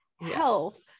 health